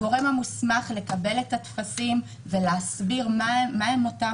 הגורם המוסמך לקבל את הטפסים ולהסביר מה הן אותן